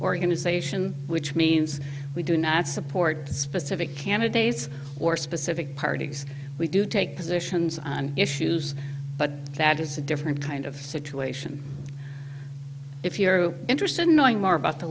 organization which means we do not support specific candidates or specific parties we do take positions on issues but that is a different kind of situation if you're interested in knowing more about t